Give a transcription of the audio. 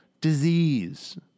disease